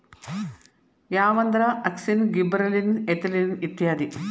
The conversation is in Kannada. ಯಾವಂದ್ರ ಅಕ್ಸಿನ್, ಗಿಬ್ಬರಲಿನ್, ಎಥಿಲಿನ್ ಇತ್ಯಾದಿ